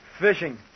fishing